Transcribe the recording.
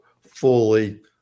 fully